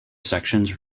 sections